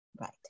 Right